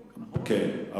כן,